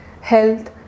health